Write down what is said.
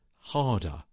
harder